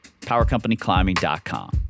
powercompanyclimbing.com